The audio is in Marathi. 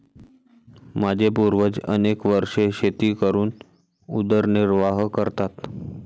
माझे पूर्वज अनेक वर्षे शेती करून उदरनिर्वाह करतात